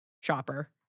shopper